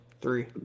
three